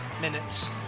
minutes